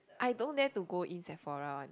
I don't dare to go in Sephora one leh